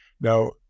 Now